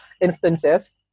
instances